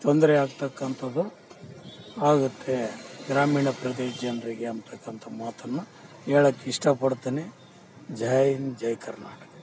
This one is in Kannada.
ತೊಂದರೆ ಆಗ್ತಕ್ಕಂಥದ್ದು ಆಗುತ್ತೆ ಗ್ರಾಮೀಣ ಪ್ರದೇಶ ಜನರಿಗೆ ಅನ್ತಕ್ಕಂಥ ಮಾತನ್ನು ಹೇಳಕ್ ಇಷ್ಟ ಪಡ್ತೀನಿ ಜೈ ಹಿಂದ್ ಜೈ ಕರ್ನಾಟಕ